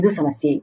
ಇದು ಸಮಸ್ಯೆ